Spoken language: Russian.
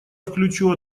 включу